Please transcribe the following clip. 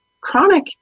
chronic